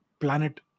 planet